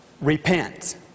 Repent